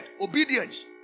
Obedience